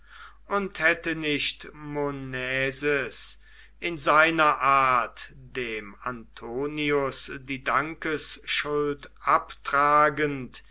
und hätte nicht monaeses in seiner art dem antonius die dankesschuld abtragend